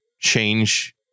change